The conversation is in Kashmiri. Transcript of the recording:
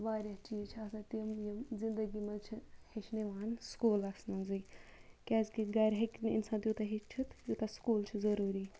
واریاہ چیٖز چھِ آسان تِم یِم زِندَگی مَنٛز چھِ ہیٚچھنہٕ یِوان سکوٗلَس مَنٛزٕے کیازکہِ گَرِ ہیٚکہِ نہٕ اِنسان تیوٗتاہ ہیٚچھِتھ یوٗتاہ سکوٗل چھُ ضروٗری